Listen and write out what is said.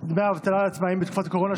דמי אבטלה לעצמאים בתקופת הקורונה),